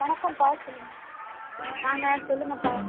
வணக்கம்ப்பா சொல்லுங்கள் வாங்க சொல்லுங்கப்பா